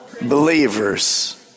believers